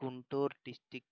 Guntur district